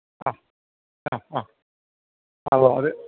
അ ആ ആ അതാ അത്